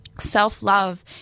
Self-love